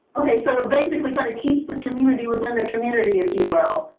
okay, so basically kind of keeps the community within the community if you will.